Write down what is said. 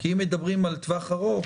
כי אם מדברים על טווח ארוך,